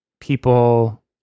people